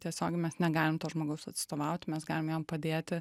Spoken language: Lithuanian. tiesiog mes negalim to žmogaus atstovaut mes galim jam padėti